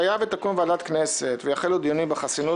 שהיה ותקום ועדת כנסת ויחלו דיונים בחסינות,